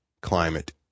climate